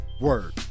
Word